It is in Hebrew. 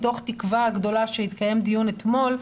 מתוך תקווה גדולה שיתקיים דיון אתמול,